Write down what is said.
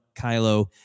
Kylo